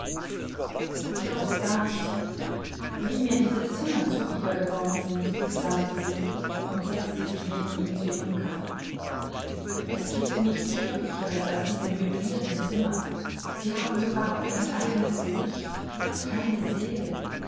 du glaubst gar nicht wie mir diese zimmer zuwider geworden sind sagte sie und setzte sich neben ihn zu ihrem kaffee es gibt nichts schrecklicheres als diese möblierten zimmer sie haben so gar kein eigenes gesicht keine seele